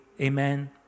amen